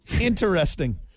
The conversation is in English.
Interesting